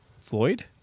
Floyd